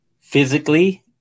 physically